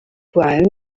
brown